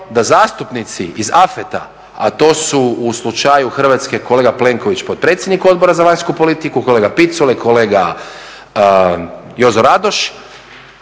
da zastupnici iz …, a to su u slučaju Hrvatske, kolega Plenković, potpredsjednik Odbora za vanjsku politiku, kolega Picula i kolega Jozo Radoš,